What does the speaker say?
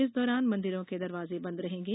इस दौरान मंदिरों के दरवाजे बन्द रहेंगे